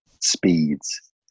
speeds